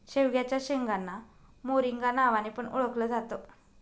शेवग्याच्या शेंगांना मोरिंगा नावाने पण ओळखल जात